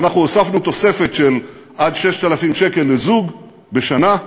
והוספנו תוספת של עד 6,000 שקל לזוג בשנה,